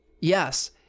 yes